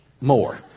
More